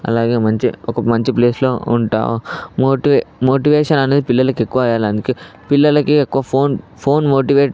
అలాగే మంచి ఒక మంచి ప్లేస్లో ఉంటావు మోటివే మోటివేషన్ అనేది పిల్లలకి ఎక్కువగా ఇయ్యాలి పిల్లలకి ఎక్కువ ఫోన్ ఫోన్ మోటివేట్